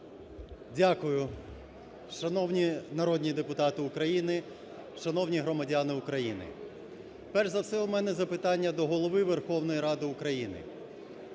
Дякую. Шановні народні депутати України, шановні громадяни України! Перш за все в мене запитання до Голови Верховної Ради України